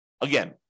Again